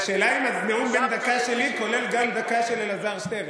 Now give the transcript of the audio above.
השאלה היא אם הנאום בן דקה שלי כולל גם דקה של אלעזר שטרן.